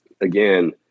again